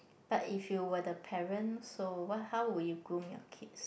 but if you were the parent so what how would you groom your kids